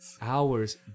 Hours